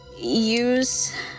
use